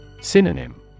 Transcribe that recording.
Synonym